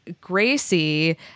Gracie